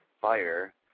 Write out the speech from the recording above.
fire